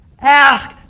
Ask